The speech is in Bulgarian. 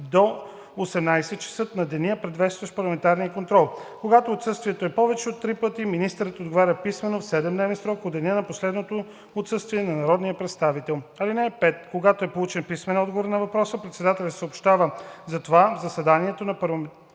до 18,00 ч. на деня, предшестващ парламентарния контрол. Когато отсъствието е повече от три пъти, министърът отговаря писмено в 7-дневен срок от деня на последното отсъствие на народния представител. (5) Когато е получен писмен отговор на въпроса, председателят съобщава за това в заседанието за парламентарен контрол.